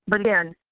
but again,